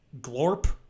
Glorp